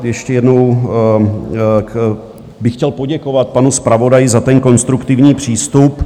Ještě jednou bych chtěl poděkovat panu zpravodaji za konstruktivní přístup.